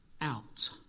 out